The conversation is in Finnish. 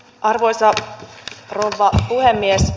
arvoisa rouva puhemies